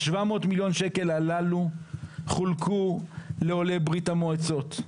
ה-700 מיליון שקל הללו חולקו לעולי ברית המועצות,